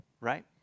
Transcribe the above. right